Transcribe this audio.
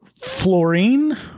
Fluorine